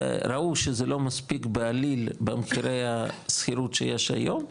ראו שזה לא מספיק בעליל במחירי השכירות שיש היום,